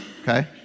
Okay